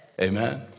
Amen